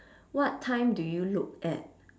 what time do you look at